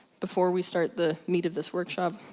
before we start the meat of this workshop.